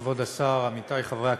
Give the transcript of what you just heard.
תודה רבה, כבוד השר, עמיתי חברי הכנסת,